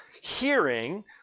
hearing